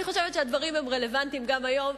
אני חושבת שהדברים הם רלוונטיים גם היום,